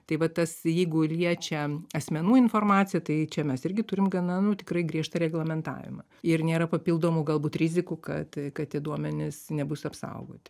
tai va tas jeigu liečia asmenų informaciją tai čia mes irgi turim gana nu tikrai griežtą reglamentavimą ir nėra papildomų galbūt rizikų kad kad tie duomenys nebus apsaugoti